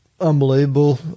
unbelievable